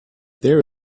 there